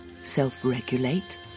self-regulate